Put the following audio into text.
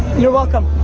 you're welcome.